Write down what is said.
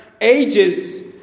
ages